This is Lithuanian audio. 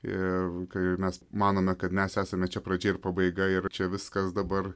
ir kai mes manome kad mes esame čia pradžia ir pabaiga ir čia viskas dabar